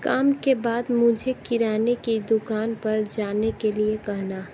काम के बाद मुझे किराने की दुकान पर जाने के लिए कहना